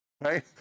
Right